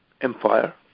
empire